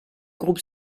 groupe